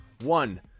One